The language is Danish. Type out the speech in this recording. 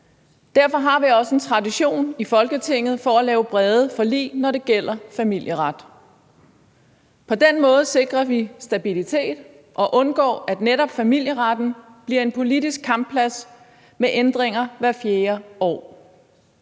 Derfor har vi også en tradition i Folketinget for at lave brede forlig, når det gælder familieret. På den måde sikrer vi stabilitet og undgår, at netop familieretten bliver en politisk kampplads med ændringer hvert fjerde år.